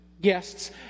guests